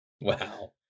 Wow